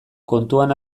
kontuan